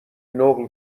نقل